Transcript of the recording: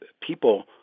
people